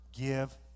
give